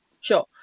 Sure